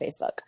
Facebook